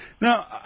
Now